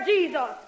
Jesus